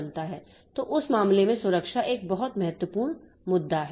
तो उस मामले में सुरक्षा एक बहुत महत्वपूर्ण मुद्दा है